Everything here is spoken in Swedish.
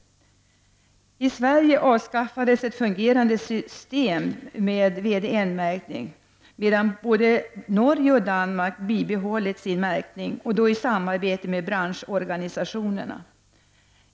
I Sverige avskaffades ett fungerande system med VDN-märkning, medan både Norge och Danmark har bibehållit sin märkning i samarbete med branschorganisationerna.